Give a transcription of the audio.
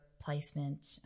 placement